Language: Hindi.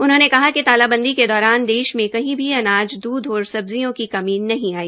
उन्होंने कहा कि तालाबंदी के दौरान देश में कही भी अनाज दूध और सब्जियों की कमी नहीं आई